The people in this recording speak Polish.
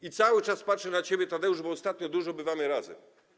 I cały czas patrzę na ciebie, Tadeusz, bo ostatnio dużo bywamy razem.